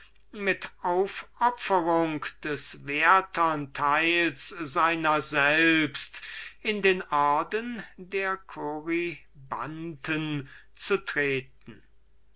mit aufopferung der wertern hälfte seiner selbst in den orden der corybanten zu treten